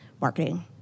marketing